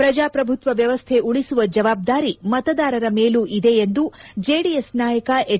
ಪ್ರಜಾಪ್ರಭುತ್ವ ವ್ಲವಸ್ಥೆ ಉಳಿಸುವ ಜವಾಬ್ದಾರಿ ಮತದಾರರ ಮೇಲೂ ಇದೆ ಎಂದು ಜೆಡಿಎಸ್ ನಾಯಕ ಎಚ್